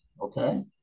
okay